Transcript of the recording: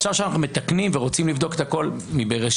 עכשיו כשאנחנו מתקנים ורוצים לבדוק את הכול מבראשית,